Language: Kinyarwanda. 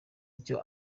icyo